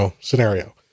scenario